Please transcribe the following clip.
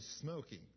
smoking